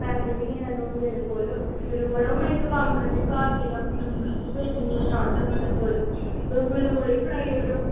पैसे बी निं हैन मेरे कोल ते मड़ो में इक्क कम्म करनी आं घर जाइयै मुड़े गी गै भेजनी आं तुस मेरे मुड़े गी फड़ाई ओड़ेओ